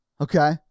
Okay